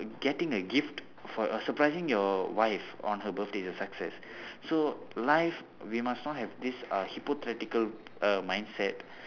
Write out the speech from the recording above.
getting a gift for a surprising your wife on her birthday is a success so life we must not have this uh hypocritical err mindset